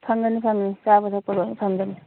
ꯐꯪꯒꯅꯤ ꯐꯪꯒꯅꯤ ꯆꯥꯕ ꯊꯛꯄ ꯂꯣꯏꯅ ꯐꯪꯒꯅꯤ